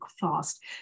fast